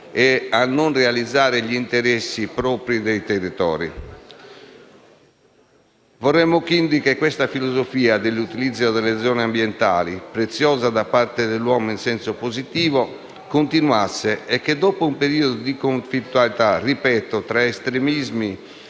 e non a realizzare gli interessi propri dei territori. Vorremmo, quindi, che questa filosofia dell'utilizzo delle zone ambientali preziose da parte dell'uomo in senso positivo continuasse e che, dopo un periodo di conflittualità (ripeto, tra estremismi